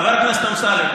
חבר הכנסת אמסלם,